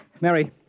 Mary